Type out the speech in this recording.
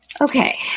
Okay